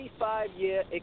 25-year